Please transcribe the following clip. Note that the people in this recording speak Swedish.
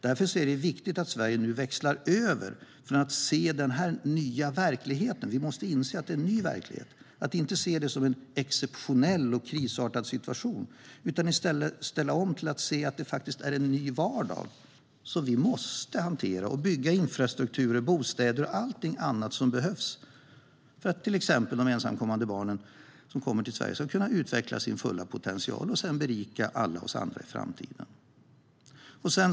Därför är det viktigt att Sverige nu växlar över från att se den nya verkligheten - vi måste inse att det är en ny verklighet - som exceptionell och krisartad till att i stället ställa om och inse att vi har en ny vardag som vi måste hantera. Vi måste bygga infrastruktur, bostäder och allt annat som behövs för att till exempel de ensamkommande barnen som kommer till Sverige ska kunna utveckla sin fulla potential och berika alla oss andra i framtiden.